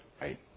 right